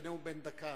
זה נאום בן דקה.